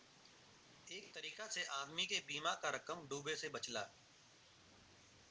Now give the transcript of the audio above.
एक तरीका से आदमी के बीमा क रकम डूबे से बचला